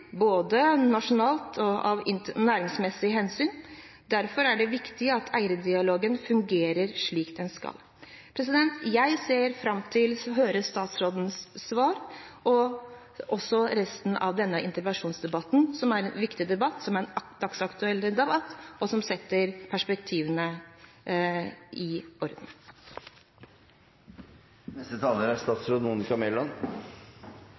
både nasjonale og næringsmessige hensyn. Derfor er det viktig at eierdialogen fungerer slik den skal. Jeg ser fram til å høre statsrådens svar og også resten av denne interpellasjonsdebatten, for dette er en viktig og dagsaktuell debatt, som trengs for å få orden i perspektivene. Først og